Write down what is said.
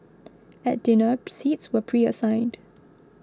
at dinner seats were preassigned